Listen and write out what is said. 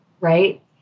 right